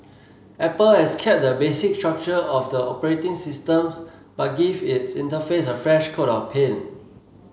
apple has kept the basic structure of the operating systems but give its interface a fresh coat of paint